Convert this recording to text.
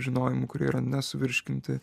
žinojimų kurie yra nesuvirškinti